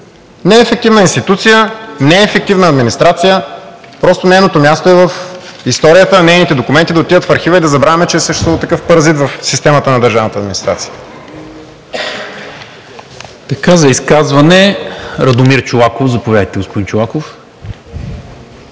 Неефективна институция, неефективна администрация, просто нейното място е в историята, а нейните документи да отидат в архива и да забравим, че е съществувал такъв паразит в системата на държавната администрация.